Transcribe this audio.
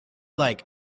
like